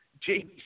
Jamie